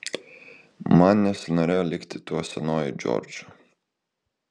man nesinorėjo likti tuo senuoju džordžu